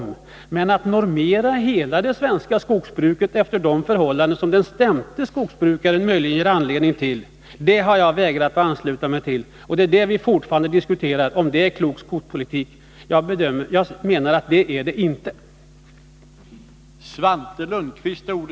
Men tanken på att normera hela det svenska skogsbruket efter de förhållanden som den sämste skogsbrukaren möjligen ger anledning till har jag vägrat att ansluta mig till. Om det är klok skogspolitik eller inte diskuterar vi fortfarande. Jag menar att det är det inte.